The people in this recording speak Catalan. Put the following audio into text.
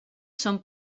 són